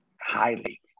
highly